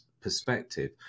perspective